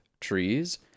trees